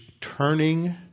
turning